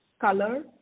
color